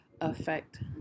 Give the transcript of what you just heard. affect